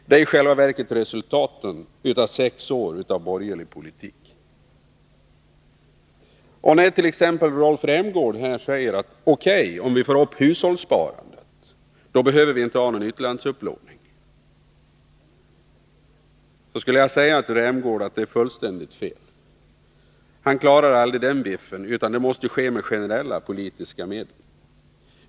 Detta är resultatet av sex år av borgerlig politik. Rolf Rämgård sade att om vi får upp hushållssparandet behöver vi inte ha någon utlandsupplåning. Det är fullständigt fel. Hushållssparandet klarar aldrig den biffen — det måste ske med generella politiska medel.